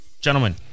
gentlemen